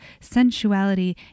sensuality